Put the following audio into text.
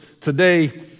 today